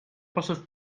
poszedł